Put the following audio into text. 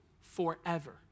forever